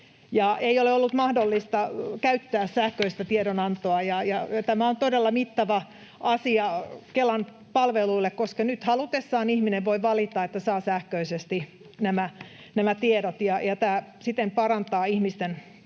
eikä ole ollut mahdollista käyttää sähköistä tiedonantoa. Tämä on todella mittava asia Kelan palveluille, koska nyt halutessaan ihminen voi valita, että saa sähköisesti nämä tiedot. Tämä siten parantaa ihmisten